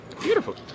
Beautiful